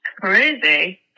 crazy